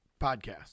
podcast